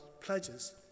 pledges